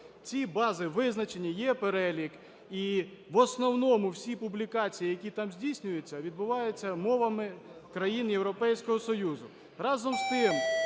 Ці бази визначені, є перелік, і в основному всі публікації, які там здійснюються, відбуваються мовами країн Європейського Союзу. Разом з тим,